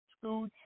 school